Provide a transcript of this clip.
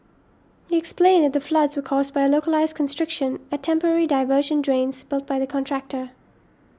he explained that the floods were caused by a localised constriction at temporary diversion drains built by the contractor